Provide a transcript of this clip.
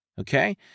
Okay